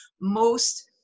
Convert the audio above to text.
most-